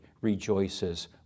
rejoices